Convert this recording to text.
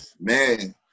Man